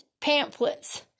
pamphlets